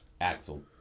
Axel